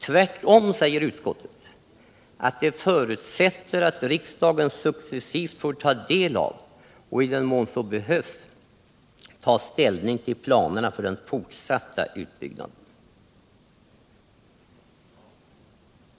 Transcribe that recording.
Tvärtom säger utskottet att det förutsätter att riksdagen successivt får ta del av och — i den mån så behövs — ta ställning till planerna för den fortsatta utbyggnaden.